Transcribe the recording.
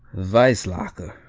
weisslacker,